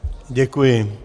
Děkuji.